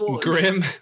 Grim